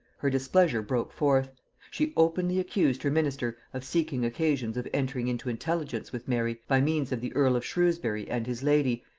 her displeasure broke forth she openly accused her minister of seeking occasions of entering into intelligence with mary by means of the earl of shrewsbury and his lady,